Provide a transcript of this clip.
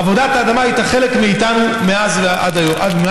עבודת האדמה הייתה חלק מאיתנו מאז היותנו,